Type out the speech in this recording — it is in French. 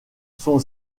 son